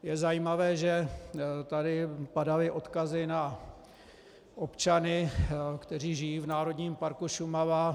Je zajímavé, že tady padaly odkazy na občany, kteří žijí v Národním parku Šumava.